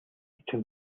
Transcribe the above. эцэг